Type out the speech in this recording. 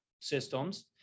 systems